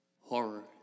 horror